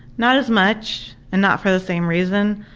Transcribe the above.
not as much, and not for the same reason,